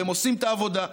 והם עושים את העבודה,